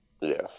Yes